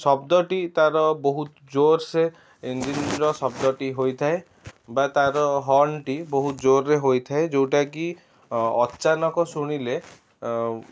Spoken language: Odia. ଶବ୍ଦଟି ତାର ବହୁତ ଜୋର ସେ ଇଞ୍ଜିନ୍ ର ଶବ୍ଦଟି ହୋଇଥାଏ ବା ତାର ହର୍ଣ୍ଣଟି ବହୁତ ଜୋରରେ ହୋଇଥାଏ ଯେଉଁଟା କି ଅଚାନକ୍ ଶୁଣିଲେ